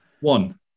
One